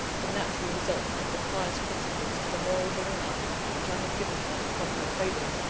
the natural result of the pious principles and the moral bringing up which i have given her from her cradle.